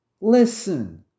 Listen